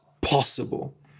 Possible